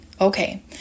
okay